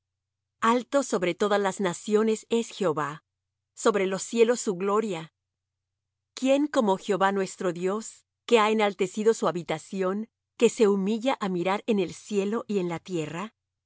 alto sobre todas las naciones es jehová sobre los cielos su gloria quién como jehová nuestro dios que ha enaltecido su habitación que se humilla á mirar en el cielo y en la tierra